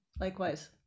likewise